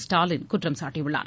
ஸ்டாலின் குற்றம் சாட்டியுள்ளார்